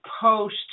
post